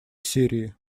сирии